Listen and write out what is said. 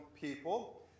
people